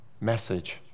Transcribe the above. message